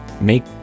make